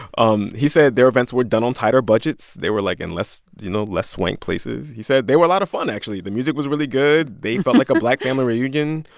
um he said their events were done on tighter budgets. they were, like, in less you know, less swank places. he said they were a lot of fun, actually. the music was really good. they felt like a black family reunion.